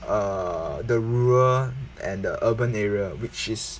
err the rural and the urban area which is